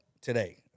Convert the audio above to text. today